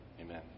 Amen